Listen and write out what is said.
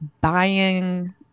buying